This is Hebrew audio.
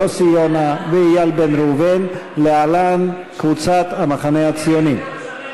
יוסי יונה ואיל בן ראובן להלן: קבוצת סיעת המחנה הציוני.